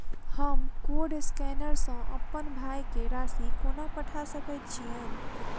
हम code scanner सँ अप्पन भाय केँ राशि कोना पठा सकैत छियैन?